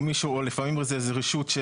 לפעמים זה רשות.